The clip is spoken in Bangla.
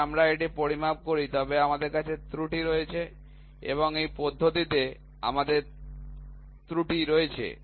যদিও আমরা এটি পরিমাপ করি তবুও আমাদের ত্রুটি রয়েছে এখনও এই পদ্ধতিতে আমাদের ত্রুটি রয়েছে